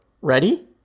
Ready